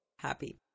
happy